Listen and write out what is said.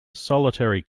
solitary